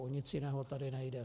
O nic jiného tady nejde.